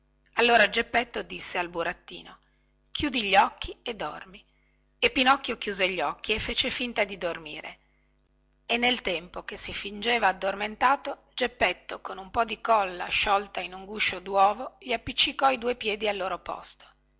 allora geppetto disse al burattino chiudi gli occhi e dormi e pinocchio chiuse gli occhi e fece finta di dormire e nel tempo che si fingeva addormentato geppetto con un po di colla sciolta in un guscio duovo gli appiccicò i due piedi al loro posto